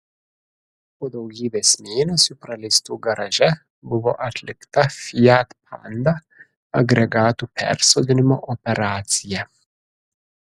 po daugybės mėnesių praleistų garaže buvo atlikta fiat panda agregatų persodinimo operacija